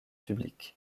publics